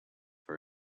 for